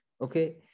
okay